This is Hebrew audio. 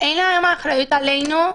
אין להם אחריות עלינו,